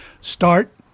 start